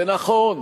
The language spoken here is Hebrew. ונכון,